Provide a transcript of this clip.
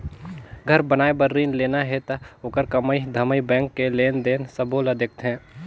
घर बनाए बर रिन लेना हे त ओखर कमई धमई बैंक के लेन देन सबो ल देखथें